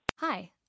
Hi